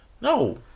no